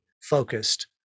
focused